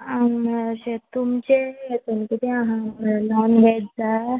आं अशें तुमचें हेतून कितें आसा म्हळ्या नॉन वॅज जाय